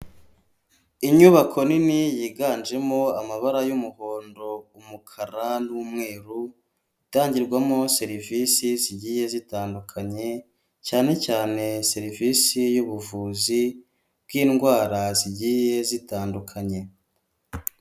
Inyubako nini yiganjemo amabara y'umuhondo, umukara n'umweru, itangirwamo serivisi zigiye zitandukanye, cyane cyane serivisi y'ubuvuzi bw'indwara zigiye zitandukanye.